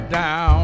down